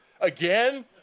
again